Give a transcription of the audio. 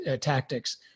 tactics